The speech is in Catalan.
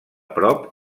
prop